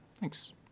Thanks